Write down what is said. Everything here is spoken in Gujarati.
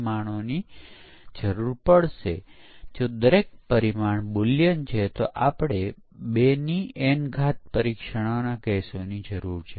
હવે આપણે જોયું કે V મોડેલ ખરેખર વોટરફોલ મોડેલનું એક નાનું અનુકૂલન છે જ્યાં પરીક્ષણને મહત્વ આપવામાં આવે છે અને તે આખી લાઇફ સાયકલ માં ફેલાયેલ છે